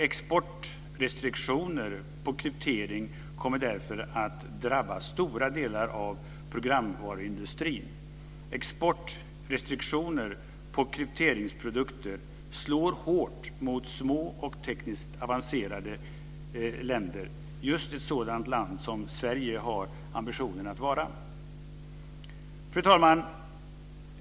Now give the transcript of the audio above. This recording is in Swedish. Exportrestriktioner på kryptering kommer därför att drabba stora delar av programvaruindustrin. Exportrestriktioner på krypteringsprodukter slår hårt mot små och tekniskt avancerade länder, just ett sådant land som Sverige har ambitionen att vara.